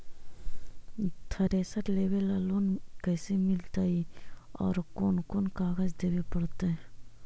Thresher लेबे ल loan कैसे मिलतइ और कोन कोन कागज देबे पड़तै?